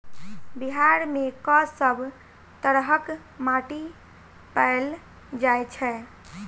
बिहार मे कऽ सब तरहक माटि पैल जाय छै?